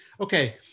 Okay